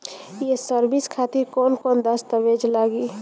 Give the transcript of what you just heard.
ये सर्विस खातिर कौन कौन दस्तावेज लगी?